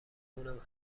اونم